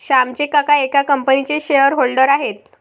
श्यामचे काका एका कंपनीचे शेअर होल्डर आहेत